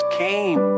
came